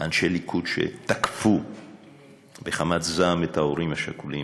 אנשי ליכוד שתקפו בחמת זעם את ההורים השכולים,